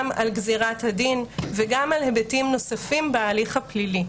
על גזירת הדין וגם על היבטים נוספים בהליך הפלילי.